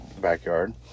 backyard